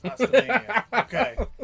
Okay